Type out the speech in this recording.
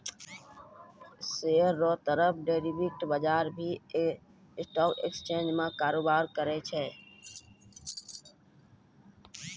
share रो तरह derivatives बजार भी स्टॉक एक्सचेंज में कारोबार करै छै